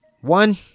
One